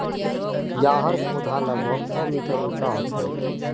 याहर पौधा लगभग छः मीटर उंचा होचे